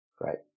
Great